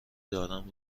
دارم